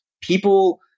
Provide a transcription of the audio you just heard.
people